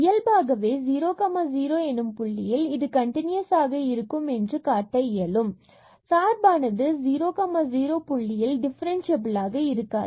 இயல்பாகவே 00 எனும் புள்ளியில் இது கண்டினுயசஸாக இருக்கும் என்று காட்ட இயலும் மற்றும் சார்பானது 00 எனும் புள்ளியில் டிஃபரன்ஸ்சியபிலாக இருக்காது